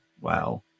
wow